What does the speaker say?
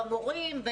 במורים.